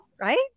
right